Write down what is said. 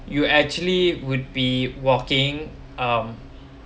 you actually would be walking um